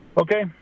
okay